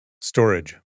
Storage